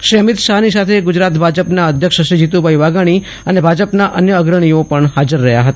શ્રી અમિત શાહની સાથે ગુજરાત ભાજપના અધ્યક્ષ શ્રી જીતુભાઇ વાઘાણી અને ભાજપના અન્ય અગ્રણીઓ પણ હાજર રહ્યા હતા